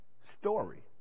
story